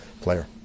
player